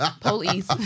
Police